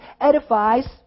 edifies